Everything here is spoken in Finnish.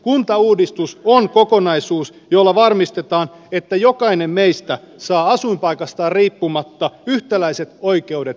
kuntauudistus on kokonaisuus jolla varmistetaan että jokainen meistä saa asuinpaikastaan riippumatta yhtäläiset oikeudet laadukkaisiin palveluihin